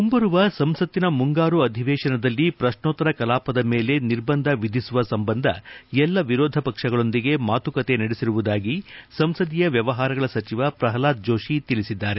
ಮುಂಬರುವ ಸಂಸತ್ತಿನ ಮುಂಗಾರು ಅಧಿವೇಶನದಲ್ಲಿ ಪ್ರಶ್ನೋತ್ತರ ಕಲಾಪದ ಮೇಲೆ ನಿರ್ಬಂಧ ವಿಧಿಸುವು ಸಂಬಂಧ ಎಲ್ಲ ವಿರೋಧ ಪಕ್ಷಗಳೊಂದಿಗೆ ಮಾತುಕತೆ ನಡೆಸಿರುವುದಾಗಿ ಸಂಸದೀಯ ವ್ಯವಹಾರಗಳ ಸಚಿವ ಪ್ರಹ್ಲಾದ್ ಜೋಷಿ ತಿಳಿಸಿದ್ದಾರೆ